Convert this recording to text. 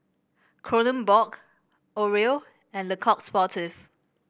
Kronenbourg Oreo and Le Coq Sportif